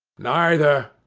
neither,